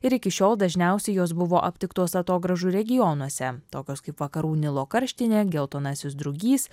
ir iki šiol dažniausiai jos buvo aptiktos atogrąžų regionuose tokios kaip vakarų nilo karštinė geltonasis drugys